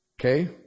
Okay